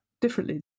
differently